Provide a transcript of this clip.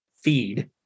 feed